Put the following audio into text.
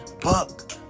buck